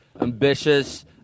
ambitious